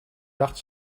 dacht